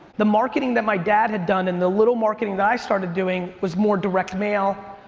the marketing that my dad had done and the little marketing that i started doing was more direct mail,